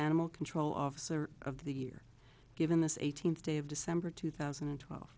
animal control officer of the year given this eighteenth day of december two thousand and twelve